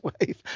wave